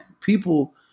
people